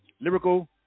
Lyrical